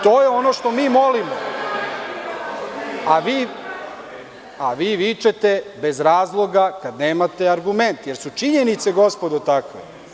To je ono što mi molimo, a vi vičete bez razloga kada nemate argumente, jer su činjenice, gospodo, takve.